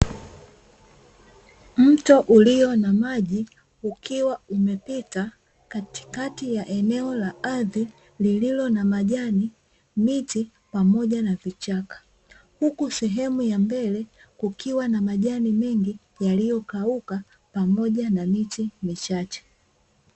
Mto ulio na maji ukiwa umepita katikati ya eneo la ardhi lililo na majani, miti pamoja na vichaka. Huku sehemu ya mbele kukiwa na majani mengi yaliyokauka pamoja na miti michache.